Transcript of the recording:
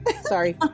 Sorry